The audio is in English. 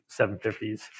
750s